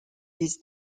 his